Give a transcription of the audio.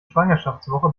schwangerschaftswoche